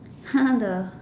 the